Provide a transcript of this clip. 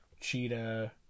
Cheetah